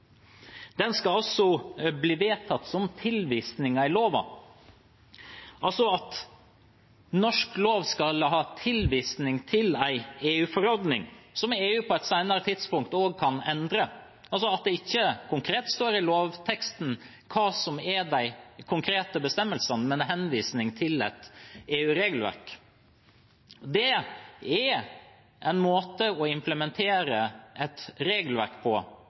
bli vedtatt som tilvisinger i loven. Norsk lov skal ha tilvising til en EU-forordning som EU på et senere tidspunkt kan endre. Det står altså ikke konkret i lovteksten hva som er de konkrete bestemmelsene, men en henvisning til et EU-regelverk. Det er en måte å implementere et regelverk på